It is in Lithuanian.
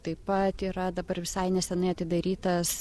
taip pat yra dabar visai nesenai atidarytas